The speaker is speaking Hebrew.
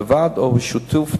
לבד או בשיתוף,